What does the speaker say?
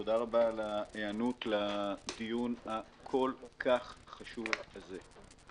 תודה רבה על ההיענות לדיון הכל כך חשוב הזה.